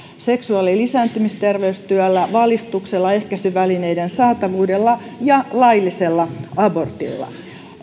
seksuaali ja lisääntymisterveystyöllä valistuksella ehkäisyvälineiden saatavuudella ja laillisella abortilla